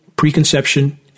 Preconception